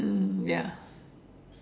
mm ya